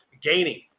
gaining